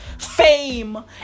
Fame